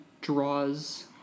draws